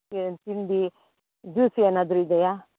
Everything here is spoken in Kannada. ಏಳು ತಿಂಡಿ ಜ್ಯೂಸ್ ಏನಾದರು ಇದೆಯಾ